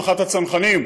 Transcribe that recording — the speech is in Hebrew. מח"ט הצנחנים,